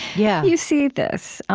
yeah you see this.